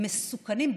הם מסוכנים.